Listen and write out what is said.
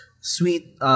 sweet